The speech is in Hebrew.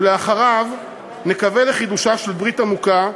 ולאחר מכן נקווה לחידושה של ברית עמוקה,